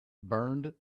burned